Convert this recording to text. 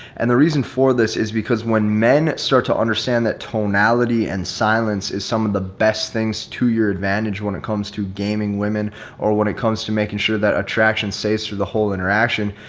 and the reason for this is because when men start to understand that tonality and silence is some of the best things to your advantage when it comes to gaming women or when it comes to making sure that attraction stays through the whole interaction,